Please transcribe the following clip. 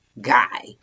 guy